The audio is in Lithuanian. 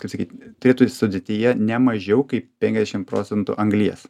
kaip sakyt turėtų sudėtyje ne mažiau kaip penkiadešim procentų anglies